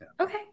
okay